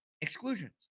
exclusions